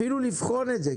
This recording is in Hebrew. אפילו לבחון את זה.